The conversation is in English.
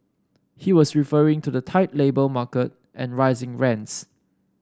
he was referring to the tight labour market and rising rents